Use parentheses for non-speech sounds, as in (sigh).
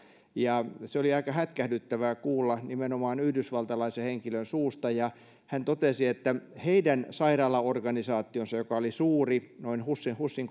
se oli aika hätkähdyttävää kuulla nimenomaan yhdysvaltalaisen henkilön suusta hän totesi että heidän sairaalaorganisaationsa joka oli suuri noin husin husin (unintelligible)